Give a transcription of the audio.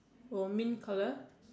oh mint colour